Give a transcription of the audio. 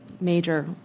major